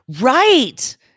Right